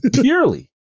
purely